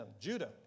Judah